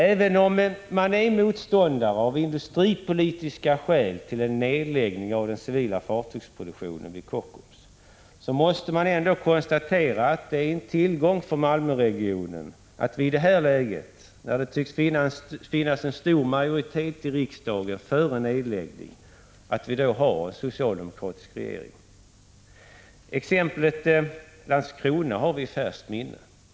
Även om man av industripolitiska skäl är motståndare till en nedläggning av den civila fartygsproduktionen vid Kockums, måste man ändå konstatera att det är en tillgång för Malmöregionen att vi i det här läget, när det tycks finnas en stor majoritet i riksdagen för en nedläggning, har en socialde mokratisk regering. Exemplet Landskrona har vi i färskt minne. Risken för Prot.